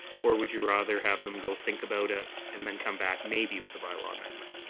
or would you rather have them go think about it and then come back maybe with a bylaw amendment?